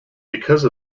because